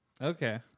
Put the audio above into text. Okay